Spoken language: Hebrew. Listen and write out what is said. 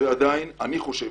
ועדיין אני חושב,